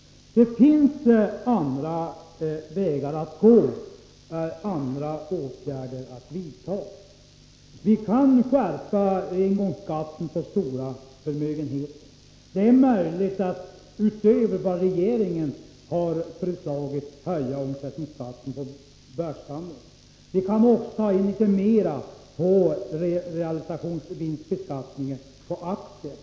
Det finns andra vägar att gå fram på. Vi kan ju skärpa inkomstskatten på stora förmögenheter, det är möjligt att utöver vad regeringen har föreslagit höja omsättningsskatten på börshandeln, och vi kan också ta in litet mera på realisationsvinstbeskattningen på aktier.